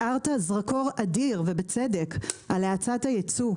הארת זרקור אדיר, ובצדק, על האצת היצוא,